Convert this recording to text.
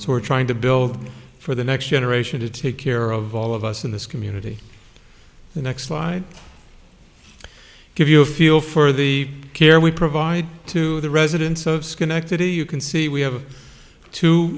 so we're trying to build for the next generation to take care of all of us in this community the next slide give you a feel for the care we provide to the residents of schenectady you can see we have two